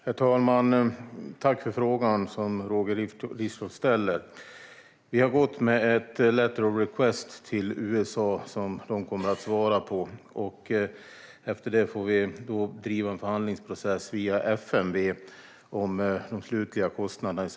Herr talman! Jag vill tacka för frågan från Roger Richtoff. Vi har gått med ett letter of request till USA, som de kommer att svara på. Efter det får vi driva en förhandlingsprocess via FMV om de slutliga kostnaderna.